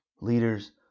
Leaders